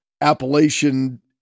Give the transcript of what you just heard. Appalachian